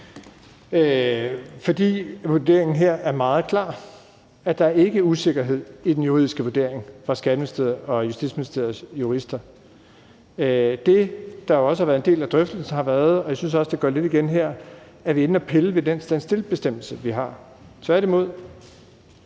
fordi vurderingen her er meget klar. Der er ikke usikkerhed i den juridiske vurdering fra Skatteministeriets og Justitsministeriets juristers side. Det, der også har været en del af drøftelsen, har været – og jeg synes også, det går lidt igen her – at vi er inde at pille ved den stand still-bestemmelse, vi har. Tværtimod